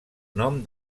nom